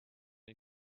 ihn